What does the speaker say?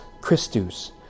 Christus